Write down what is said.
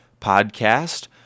Podcast